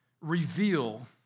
reveal